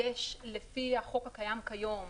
לפי החוק הקיים היום